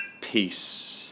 peace